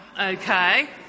okay